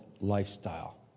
lifestyle